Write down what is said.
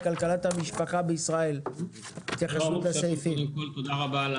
תודה רבה.